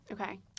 Okay